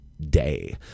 day